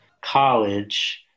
college